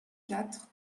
quatre